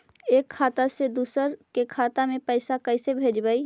एक खाता से दुसर के खाता में पैसा कैसे भेजबइ?